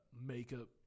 Makeup